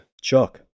chuck